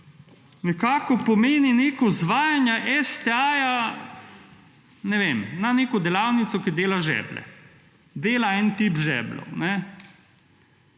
nekako pomeni neko zvajanje STA, ne vem, na neko delavnico, ker dela žeblje, del en tip žebljev.